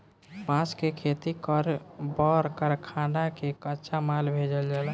बांस के खेती कर के बड़ कारखाना में कच्चा माल भेजल जाला